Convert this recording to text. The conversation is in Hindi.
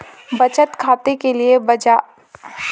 बचत खाते के लिए ब्याज दर क्या है?